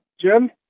Jim